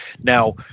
Now